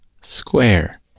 square